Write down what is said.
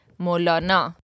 Molana